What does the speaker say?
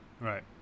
Right